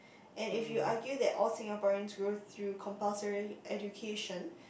and if you argue that all Singaporeans go through compulsory education